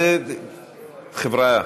חבריא,